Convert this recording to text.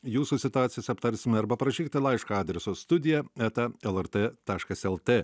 jūsų situacijas aptarsime arba parašykite laišką adresu studija eta lrt taškas lt